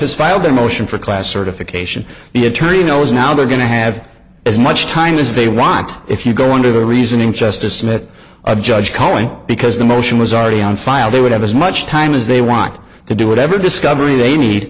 has filed a motion for a class certification the attorney knows now they're going to have as much time as they want if you go into the reasoning just a smith a judge calling because the motion was already on file they would have as much time as they want to do whatever discovery they need